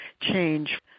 change